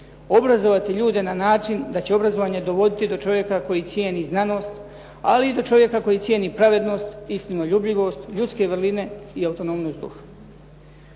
obrazovati ljude na način da će obrazovanje dovoditi do čovjeka koji cijeni znanost, ali i do čovjeka koji cijeni pravednost, istinoljubljivost i autonomnost duha.